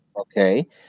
Okay